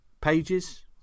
pages